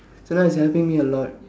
so now it's helping me a lot